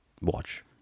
watch